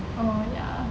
oh ya